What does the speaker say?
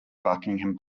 buckingham